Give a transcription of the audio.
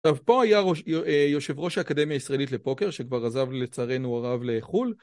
טוב, פה היה יושב ראש האקדמיה הישראלית לפוקר, שכבר עזב לצערנו הרב לחו״ל.